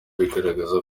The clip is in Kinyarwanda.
bigaragaza